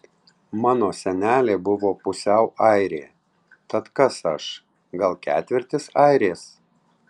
mano senelė buvo pusiau airė tad kas aš gal ketvirtis airės